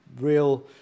real